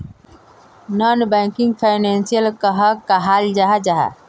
Non banking financial कहाक कहाल जाहा जाहा?